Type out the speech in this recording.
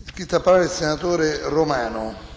UPT)-PSI-MAIE)*.